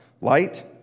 light